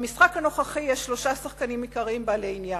במשחק הנוכחי יש שלושה שחקנים עיקריים בעלי עניין: